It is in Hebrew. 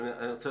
אם אפשר,